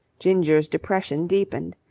ginger's depression deepened.